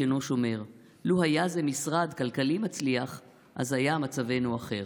אינו שומר / לו היה זה משרד כלכלי מצליח / אז היה מצבנו אחר.